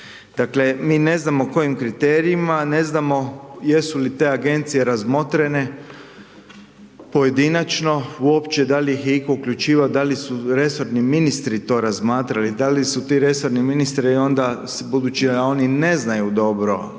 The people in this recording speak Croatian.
Dakle, mi ne znamo kojim kriterijima, ne znamo jesu li te Agencije razmotrene pojedinačno uopće, da li ih je itko uključivao, da li su resorni ministri to razmatrali, da li su ti resorni ministri onda, budući da oni ne znaju dobro